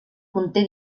conté